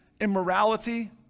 immorality